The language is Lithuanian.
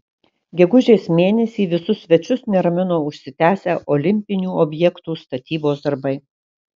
gegužės mėnesį visus svečius neramino užsitęsę olimpinių objektų statybos darbai